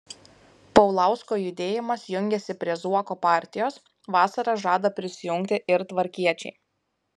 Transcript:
paulausko judėjimas jungiasi prie zuoko partijos vasarą žada prisijungti ir tvarkiečiai